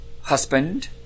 husband